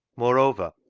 moreover,